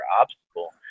obstacle